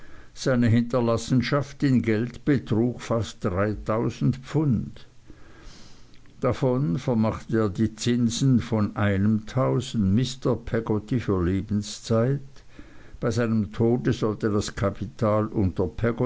seine hinterlassenschaft in geld betrug fast dreitausend pfund davon vermachte er die zinsen von einem tausend mr peggotty für lebenszeit bei seinem tode sollte das kapital unter